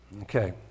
Okay